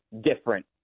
different